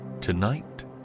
Tonight